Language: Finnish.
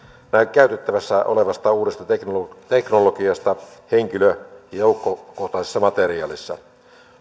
käytettävissä olevasta uudesta teknologiasta teknologiasta henkilö ja joukkokohtaisessa materiaalissa